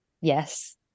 Yes